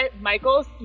Michael's